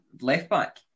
left-back